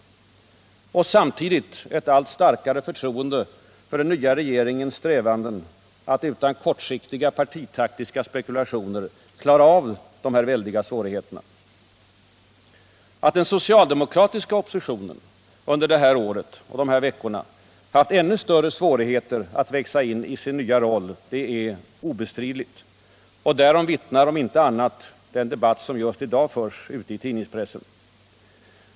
Och samtidigt ett allt starkare förtroende för den nya regeringens strävanden att utan kortsiktiga partitaktiska spekulationer klara av de här väldiga svårigheterna. Att den socialdemokratiska oppositionen under detta år och dessa två veckor haft ännu större svårigheter att växa in i sin nya roll är obestridligt. Därom vittnar — om inte annat — den debatt som just i dag förs i pressen.